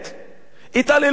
התעללות זדונית.